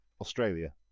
Australia